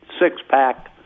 six-pack